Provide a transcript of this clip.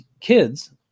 kids